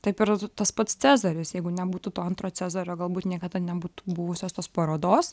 taip ir tas pats cezaris jeigu nebūtų to antro cezario galbūt niekada nebūtų buvusios tos parodos